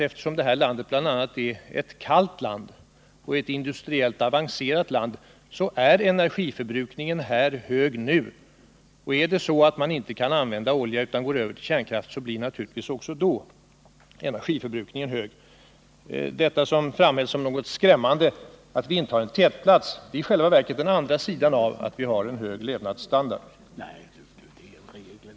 Eftersom Sverige är ett kallt land och ett industriellt avancerat land, så är energiförbrukningen hög. Kan vi inte använda olja utan går över till kärnkraft, så förblir naturligtvis också energiförbrukningen hög. Att vi intar en tätplats när det gäller energiförbrukning, vilket av somliga framhålls som något skrämmande, är bara den andra sidan av att vi har en hög levnadsstandard.